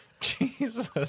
Jesus